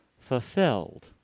fulfilled